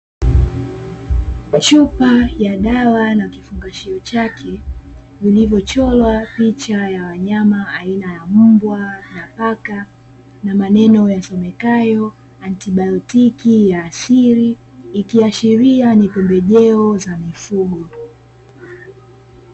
Chupa ya dawa na kifungashio chake vilivyochorwa picha ya wanyama aina ya mbwa na paka na maneno yasomekayo "Antibayotiki ya asili", ikiashiria ni pembejeo za mifugo.